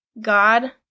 God